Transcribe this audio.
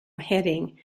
heading